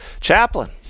Chaplain